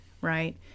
right